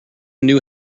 knew